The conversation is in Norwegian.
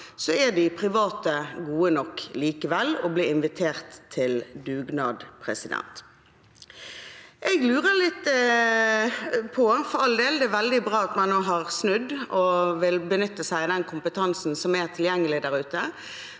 er de private gode nok likevel og blir invitert til dugnad. For all del, det er veldig bra at man nå har snudd og vil benytte seg av den kompetansen som er tilgjengelig der ute,